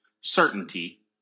certainty